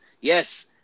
Yes